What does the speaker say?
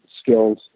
skills